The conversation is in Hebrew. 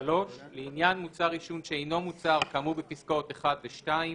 (3)לעניין מוצר עישון שאינו מוצר כאמור בפסקאות (1) ו-(2),